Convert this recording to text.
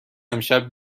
امشب